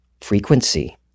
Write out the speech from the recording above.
Frequency